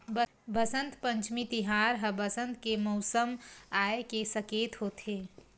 बसंत पंचमी तिहार ह बसंत के मउसम आए के सकेत होथे